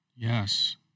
Yes